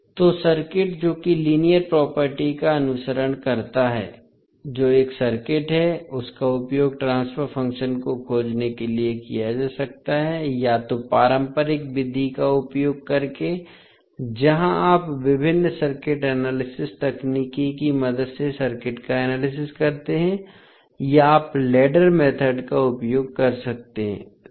तो सर्किट जो कि लीनियर प्रॉपर्टी का अनुसरण करता है जो एक सर्किट है उसका उपयोग ट्रांसफर फ़ंक्शन को खोजने के लिए किया जा सकता है या तो पारंपरिक विधि का उपयोग करके जहां आप विभिन्न सर्किट एनालिसिस तकनीक की मदद से सर्किट का एनालिसिस करते हैं या आप लैडर मेथोड का उपयोग कर सकते हैं